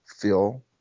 feel